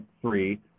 three